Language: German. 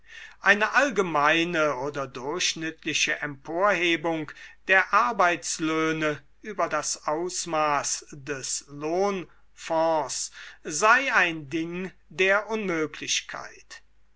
eine allgemeine oder durchschnittliche emporhebung der arbeitslöhne über das ausmaß des lohnfonds sei ein ding der unmöglichkeit